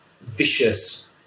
vicious